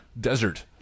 desert